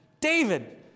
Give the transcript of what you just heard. David